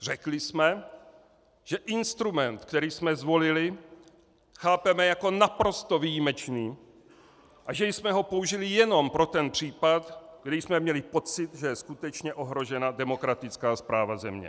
Řekli jsme, že instrument, který jsme zvolili, chápeme jako naprosto výjimečný a že jsme ho použili jenom pro ten případ, kdy jsme měli pocit, že je skutečně ohrožena demokratická správa země.